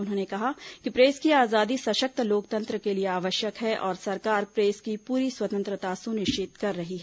उन्होंने कहा कि प्रेस की आजादी सशक्त लोकतंत्र के लिए आवश्यक है और सरकार प्रेस की पूरी स्वतंत्रता सुनिश्चित कर रही है